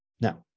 Now